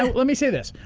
ah let me say this.